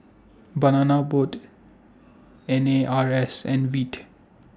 Banana Boat N A R S and Veet